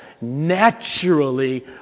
naturally